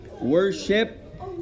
Worship